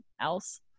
else